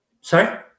Sorry